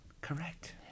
Correct